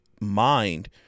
mind